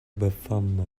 performer